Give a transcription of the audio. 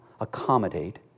accommodate